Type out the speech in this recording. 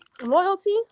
loyalty